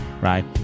right